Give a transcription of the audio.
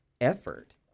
effort